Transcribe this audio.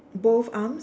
both arms